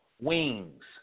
wings